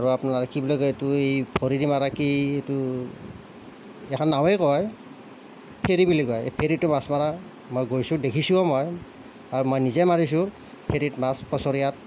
আৰু আপোনাৰ কি বুলি কয় এইটো এই ভৰিৰে মাৰা কি এইটো এখন নাৱেই কয় ফেৰী বুলি কয় এই ফেৰীটো মাছ মৰা মই গৈছোঁ দেখিছোঁও মই আৰু মই নিজেই মাৰিছোঁ ফেৰীত মাছ পছৰিয়াত